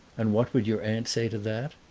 and what would your aunt say to that?